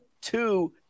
two